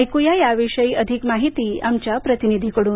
ऐक्या या विषयी अधिक माहिती आमच्या प्रतिनिधी कडून